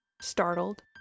startled